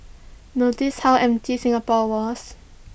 notice how empty Singapore was